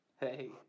Hey